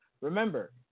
remember